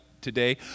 today